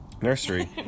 nursery